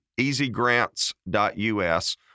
easygrants.us